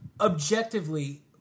Objectively